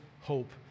hope